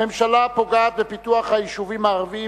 הממשלה פוגעת בפיתוח היישובים הערביים